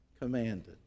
commanded